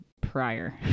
prior